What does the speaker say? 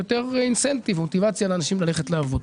תהיה מוטיבציה לאנשים ללכת לעבוד.